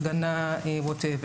הפגנה וכולי.